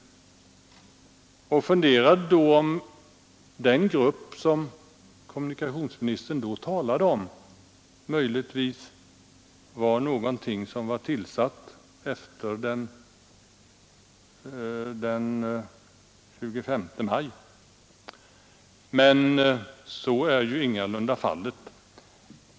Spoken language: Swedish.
Jag funderade över om den grupp som kommunikationsministern då talade om möjligtvis var tillsatt efter den 25 maj. Men så är ju ingalunda fallet.